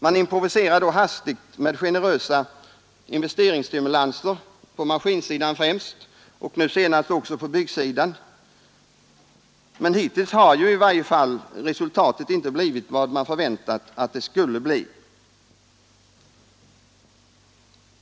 Man improviserar då hastigt med generösa investeringsstimulanser, främst på maskinsidan och nu senast också på byggsidan. Men hittills har ju i varje fall resultatet inte blivit vad man förväntat att det skulle bli.